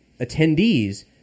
attendees